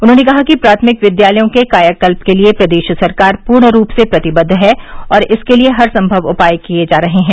उन्होंने कहा कि प्राथमिक विद्यालयों के कायाकल्प के लिए प्रदेश सरकार पूर्ण रूप से प्रतिबद्द है और इसके लिए हर संमव उपाय किए जा रहे हैं